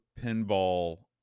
pinball